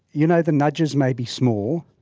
you know, the nudges may be small,